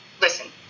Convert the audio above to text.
Listen